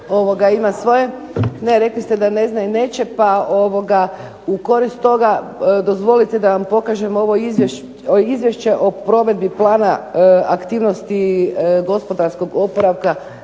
rekli ste da ne zna i neće pa u korist toga dozvolite da vam pokažem ovo izvješće o provedbi plana aktivnosti gospodarskog oporavka